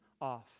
off